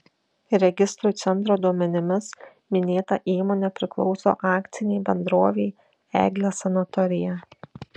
registrų centro duomenimis minėta įmonė priklauso akcinei bendrovei eglės sanatorija